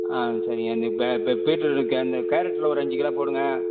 ஆ சரிங்க இந்த பே பே பீட்ரூட்டு கே இந்த கேரட்டில் ஒரு அஞ்சு கிலோ போடுங்கள்